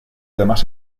demás